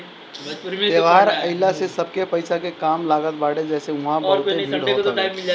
त्यौहार आइला से सबके पईसा के काम लागत बाटे जेसे उहा बहुते भीड़ होत हवे